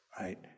right